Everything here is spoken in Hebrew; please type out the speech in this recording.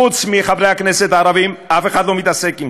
חוץ מחברי הכנסת הערבים אף אחד לא מתעסק בזה,